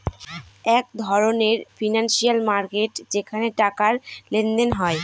এক ধরনের financial market যেখানে টাকার লেনদেন হয়